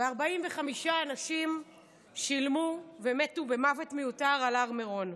ו-45 אנשים שילמו ומתו מוות מיותר על הר מירון.